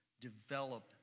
develop